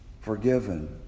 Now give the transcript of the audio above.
forgiven